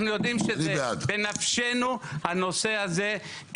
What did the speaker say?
אנחנו יודעים שזה בנפשנו, הנושא הזה.